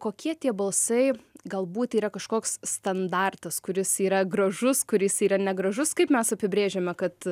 kokie tie balsai galbūt yra kažkoks standartas kuris yra gražus kuris yra negražus kaip mes apibrėžiame kad